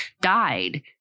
died